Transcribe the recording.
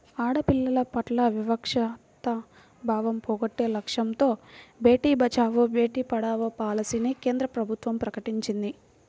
ఆడపిల్లల పట్ల వివక్షతా భావం పోగొట్టే లక్ష్యంతో బేటీ బచావో, బేటీ పడావో పాలసీని కేంద్ర ప్రభుత్వం ప్రకటించింది